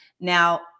Now